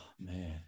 man